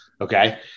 Okay